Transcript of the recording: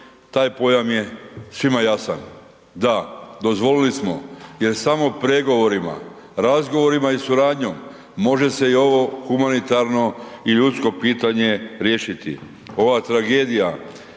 taj pojam je svima jasan. Da dozvolili smo jer samo pregovorima, razgovorima i suradnjom može se i ovo humanitarno i ljudsko pitanje riješiti. Ova tragedija